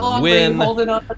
win